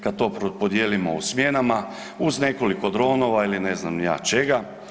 Kad to podijelimo u smjenama, uz nekoliko dronova ili ne znam ni ja čega.